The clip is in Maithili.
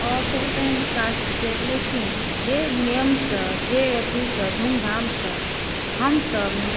हँ तऽ ओ तऽ ओहन कास्ट छै लेकिन जे नेमसँ जे एथीसँ जे धुमधामसँ हमसभ